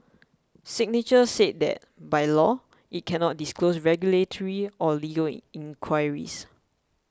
signature said that by law it cannot disclose regulatory or legal in inquiries